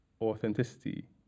authenticity